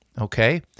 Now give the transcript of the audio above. okay